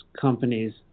companies